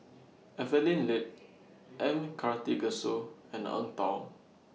Evelyn Lip M Karthigesu and Eng Tow